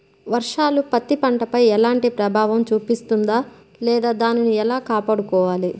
వర్షాలు పత్తి పంటపై ఎలాంటి ప్రభావం చూపిస్తుంద లేదా దానిని ఎలా కాపాడుకోవాలి?